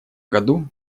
году